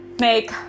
make